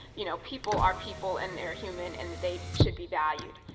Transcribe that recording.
you know, people are people and they're human and they should be valued.